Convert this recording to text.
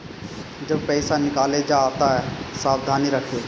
जब पईसा निकाले जा तअ सावधानी रखअ